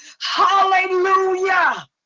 Hallelujah